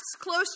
close